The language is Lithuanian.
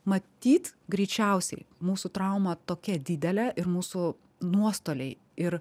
matyt greičiausiai mūsų trauma tokia didelė ir mūsų nuostoliai ir